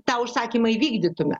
tą užsakymą įvykdytume